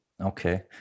Okay